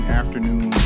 afternoon